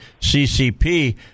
CCP